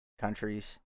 countries